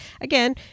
again